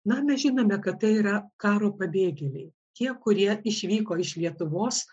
na mes žinome kad tai yra karo pabėgėliai tie kurie išvyko iš lietuvos